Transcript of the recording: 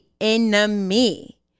enemy